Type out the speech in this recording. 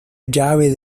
llave